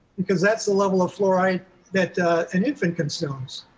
because that's the level of fluoride that an infant consumes.